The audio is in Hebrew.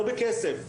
לא בכסף.